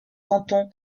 canton